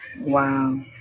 Wow